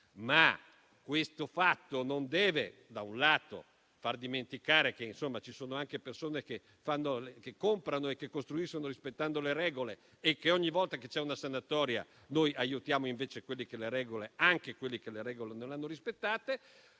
Ciò però non deve far dimenticare che ci sono anche persone che costruiscono rispettando le regole e che ogni volta che c'è una sanatoria noi aiutiamo, invece, anche quelli che le regole non hanno rispettato.